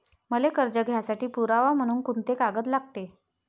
मले कर्ज घ्यासाठी पुरावा म्हनून कुंते कागद लागते?